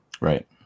Right